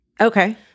Okay